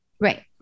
Right